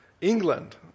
England